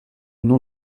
nom